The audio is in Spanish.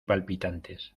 palpitantes